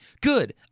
Good